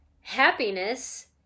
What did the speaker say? happiness